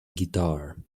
guitar